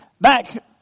Back